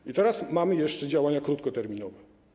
I teraz: mamy jeszcze działania krótkoterminowe.